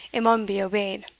it maun be obeyed.